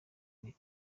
bihe